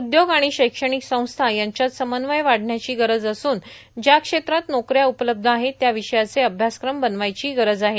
उद्योग आणि शैक्षणिक संस्था यांच्यात समन्वय वाढण्याची गरज असून ज्या क्षेत्रात नोकऱ्या उपलब्ध आहेत त्या विषयाचे अभ्यासक्रम बनवायची गरज आहे